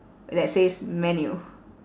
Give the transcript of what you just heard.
that says menu